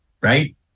right